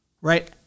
right